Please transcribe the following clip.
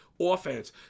offense